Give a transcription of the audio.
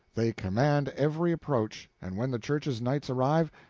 they command every approach, and when the church's knights arrive,